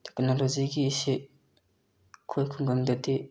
ꯇꯦꯛꯅꯣꯂꯣꯖꯤꯒꯤꯁꯤ ꯑꯩꯈꯣꯏ ꯈꯨꯡꯒꯪꯗꯗꯤ